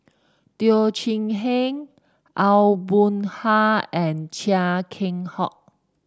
Teo Chee Hean Aw Boon Haw and Chia Keng Hock